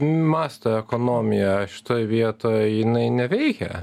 masto ekonomija šitoj vietoj jinai neveikia